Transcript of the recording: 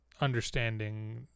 understanding